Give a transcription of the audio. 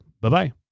Bye-bye